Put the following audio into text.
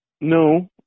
No